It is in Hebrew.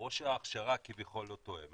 או שההכשרה כביכול לא תואמת,